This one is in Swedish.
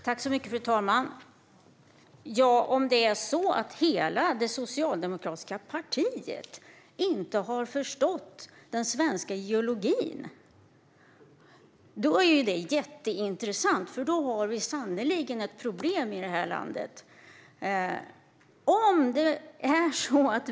Fru talman! Om det är så att hela det socialdemokratiska partiet inte har förstått den svenska geologin är det jätteintressant. Då har vi sannerligen ett problem i det här landet.